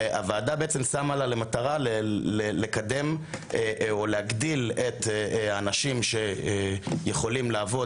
והוועדה בעצם שמה לה למטרה להגדיל את האנשים שיכולים לעבוד